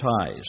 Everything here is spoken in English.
ties